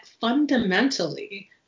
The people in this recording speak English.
fundamentally